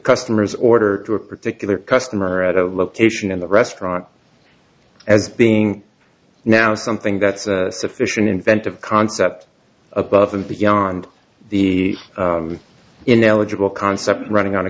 customer's order to a particular customer at a location in the restaurant as being now something that's sufficient inventive concept above and beyond the ineligible concept running on a